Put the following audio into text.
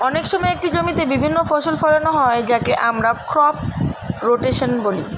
অনেক সময় একটি জমিতে বিভিন্ন ফসল ফোলানো হয় যাকে আমরা ক্রপ রোটেশন বলি